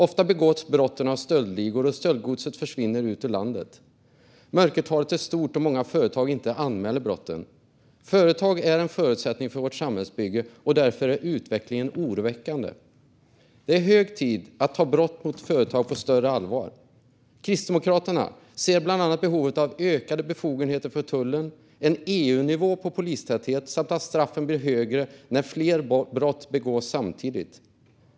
Ofta begås brotten av stöldligor, och stöldgodset försvinner ut ur landet. Mörkertalet är stort då många företag inte anmäler brotten. Företag är en förutsättning för vårt samhällsbygge, och därför är denna utveckling oroväckande. Det är hög tid att ta brott mot företag på större allvar. Kristdemokraterna ser bland annat behovet av ökade befogenheter för tullen, en EU-nivå på polistätheten samt att straffen blir högre när flera brott begås samtidigt.